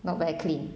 not very clean